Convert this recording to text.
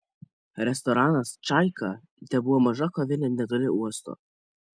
restoranas čaika tebuvo maža kavinė netoli uosto